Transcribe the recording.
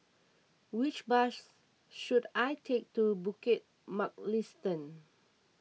which bus should I take to Bukit Mugliston